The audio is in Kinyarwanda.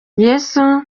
yesu